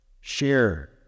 share